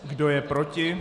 Kdo je proti?